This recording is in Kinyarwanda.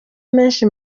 menshi